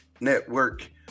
Network